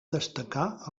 destacar